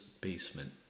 basement